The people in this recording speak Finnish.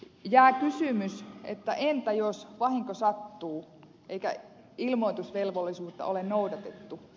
jää kysymys että entä jos vahinko sattuu eikä ilmoitusvelvollisuutta ole noudatettu